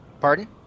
Pardon